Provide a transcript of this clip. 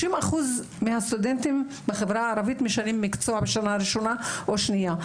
30% מהסטודנטים בחברה הערבית משנים מקצוע בשנה הראשונה או השנייה,